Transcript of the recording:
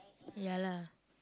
ya lah